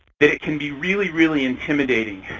that it can be really, really intimidating.